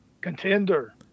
Contender